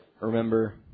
remember